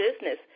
business